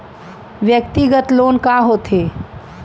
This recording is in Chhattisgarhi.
व्यक्तिगत लोन का होथे?